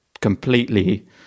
completely